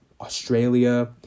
Australia